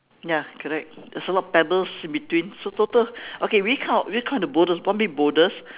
ya correct there's a lot of pebbles in between so total okay we count we count the boulders one big boulders